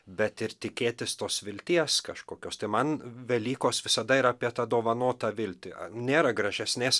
bet ir tikėtis tos vilties kažkokios tai man velykos visada yra apie tą dovanotą viltį nėra gražesnės